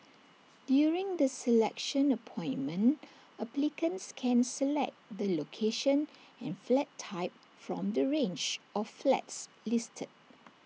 during the selection appointment applicants can select the location and flat type from the range of flats listed